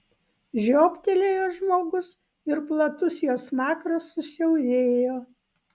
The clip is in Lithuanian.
žiobtelėjo žmogus ir platus jo smakras susiaurėjo